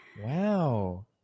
Wow